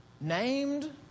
named